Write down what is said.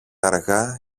αργά